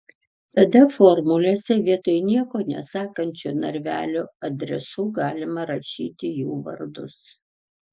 tada formulėse vietoj nieko nesakančių narvelių adresų galima rašyti jų vardus